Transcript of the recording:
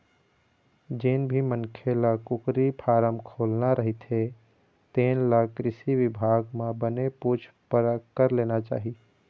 जेन भी मनखे ल कुकरी फारम खोलना रहिथे तेन ल कृषि बिभाग म बने पूछ परख कर लेना चाही